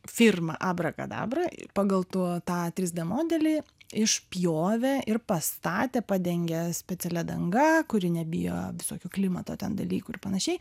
firma abrakadabra pagal tą trys d modelį išpjovė ir pastatė padengė specialia danga kuri nebijo visokių klimato ten dalykų ir panašiai